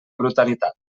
brutalitat